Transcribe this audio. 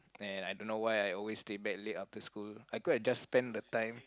then I don't know why I always stayed back late after school I could have just spent the time